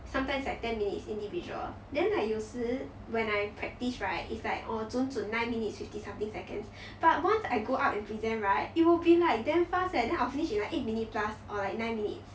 sometimes like ten minutes individual then like 有时 when I practise right is like orh 准准 nine minutes fifty something seconds but once I go up and present right it will be like damn fast eh then I will finish in like eight minute plus or like nine minutes